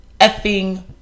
effing